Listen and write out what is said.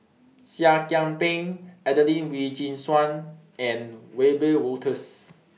Seah Kian Peng Adelene Wee Chin Suan and Wiebe Wolters